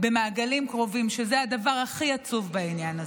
במעגלים קרובים, זה הדבר הכי עצוב בעניין הזה.